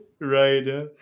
Right